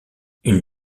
une